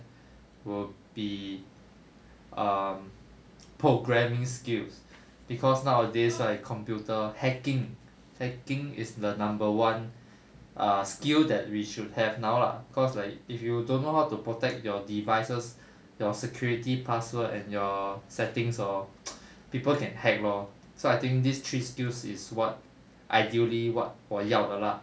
will be um programming skills cause nowadays right computer hacking hacking is the number one err skill that we should have now lah cause like if you don't know how to protect your devices your security password and your settings hor people can hack lor so I think these three skills is what ideally what 我要的 lah